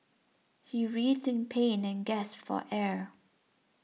he writhed in pain and guess for air